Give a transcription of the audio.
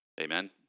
Amen